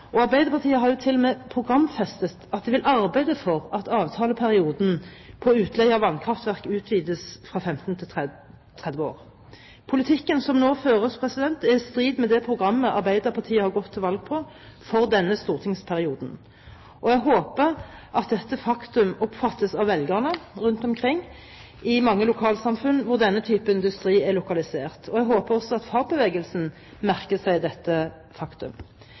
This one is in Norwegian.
industrien. Arbeiderpartiet har til og med programfestet at de vil arbeide for at avtaleperioden på utleie av vannkraftverk utvides fra 15 til 30 år. Politikken som nå føres, er i strid med det programmet Arbeiderpartiet har gått til valg på for denne stortingsperioden, og jeg håper at dette faktum oppfattes av velgerne rundt omkring i mange lokalsamfunn hvor denne typen industri er lokalisert. Jeg håper også at fagbevegelsen merker seg dette faktum.